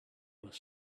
was